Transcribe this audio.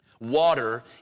Water